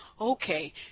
Okay